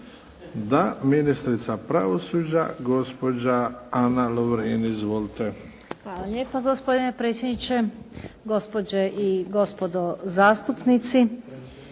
Da. Ministrica pravosuđa, gospođa Ana Lovrin. Izvolite. **Lovrin, Ana (HDZ)** Hvala lijepa gospodine predsjedniče. Gospođe i gospodo zastupnici